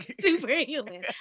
superhuman